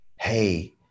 hey